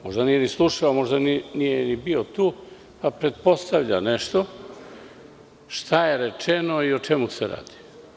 Možda nije ni slušao, možda nije ni bio tu, a pretpostavlja nešto šta je rečeno i o čemu se radi.